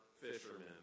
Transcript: fishermen